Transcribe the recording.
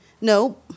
No